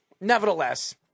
nevertheless